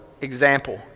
example